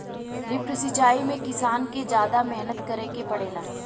lift सिचाई में किसान के जादा मेहनत करे के पड़ेला